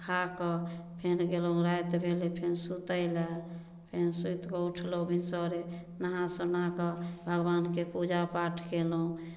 खाकऽ फेर गेलहुॅं राति भेलै फेर सुतै लए फेर सुति कऽ उठलहुॅं भिनसरे नहा सोना कऽ भगवानके पूजा पाठ केलहुॅं